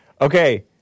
Okay